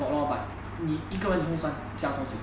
got lor but 你一个人你会驾多久